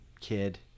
kid